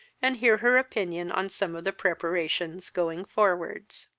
and hear her opinion on some of the preparations going forwards.